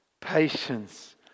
patience